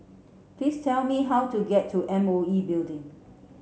please tell me how to get to M O E Building